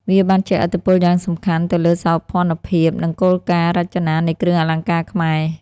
វាបានជះឥទ្ធិពលយ៉ាងសំខាន់ទៅលើសោភ័ណភាព និងគោលការណ៍រចនានៃគ្រឿងអលង្ការខ្មែរ។